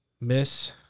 miss